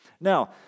Now